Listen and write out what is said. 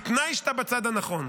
בתנאי שאתה בצד הנכון.